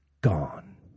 gone